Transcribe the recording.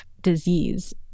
disease